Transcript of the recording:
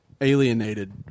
alienated